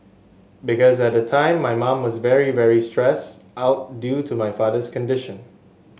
because at the time my mum was very very stressed out due to my father's condition